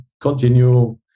continue